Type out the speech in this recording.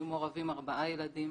היו מעורבים ארבעה ילדים.